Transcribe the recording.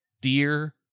Dear